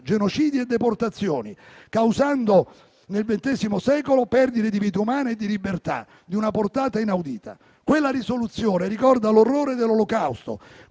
genocidi e deportazioni, causando nel XX secolo perdite di vite umane e di libertà di una portata inaudita. Quella risoluzione ricorda l'orrore dell'Olocausto,